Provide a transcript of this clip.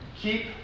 keep